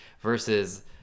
versus